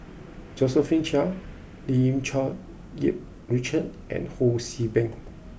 Josephine Chia Lim Cherng Yih Richard and Ho See Beng